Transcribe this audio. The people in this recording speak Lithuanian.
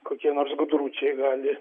kokie nors gudručiai gali